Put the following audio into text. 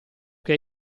che